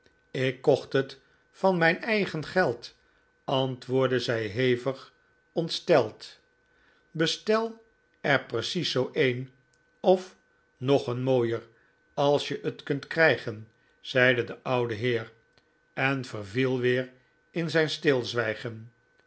ik kocht het van mijn eigen geld antwoordde zij hevig ontsteld bestel er precies zoo een of nog een mooier als je het kunt krijgen zeide de oude heer en verviel weer in zijn